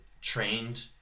trained